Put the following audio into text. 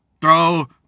Throw